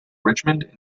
richmond